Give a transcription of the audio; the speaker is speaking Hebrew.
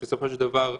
בסופו של דבר,